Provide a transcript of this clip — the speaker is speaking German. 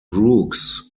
brooks